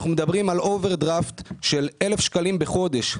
אנחנו מדברים על אוברדרפט של 1,000 שקלים בחודש.